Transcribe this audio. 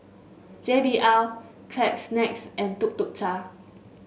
J B L Kleenex and Tuk Tuk Cha